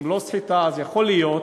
אם לא סחיטה, אז יכול להיות